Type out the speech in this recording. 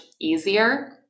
easier